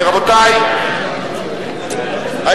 רבותי, אנחנו ממשיכים.